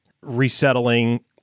resettling